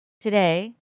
today